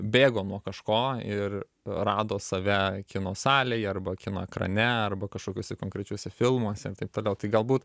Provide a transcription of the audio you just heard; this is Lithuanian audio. bėgo nuo kažko ir rado save kino salėj arba kino ekrane arba kažkokiuose konkrečiuose filmuose ir taip toliau tai galbūt